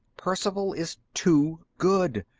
perceval is too good.